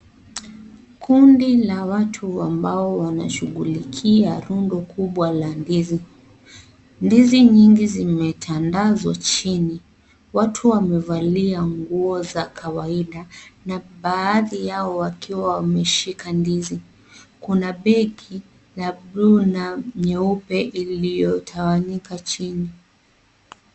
Kundi la watu ambao wanashughulikia rundo kubwa la ndizi. Ndizi nyingi zimetandazwa chini. Watu wamevalia nguo za kawaida na baadhi yao wakiwa wameshika ndizi. Kuna begi ya buluu na nyeupe iliyotawanyika chini.